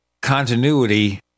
continuity